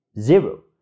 zero